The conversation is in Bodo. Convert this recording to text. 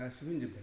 गासिबो होनजोबबाय